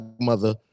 mother